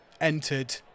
entered